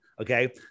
okay